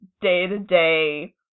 day-to-day